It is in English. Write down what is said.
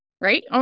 Right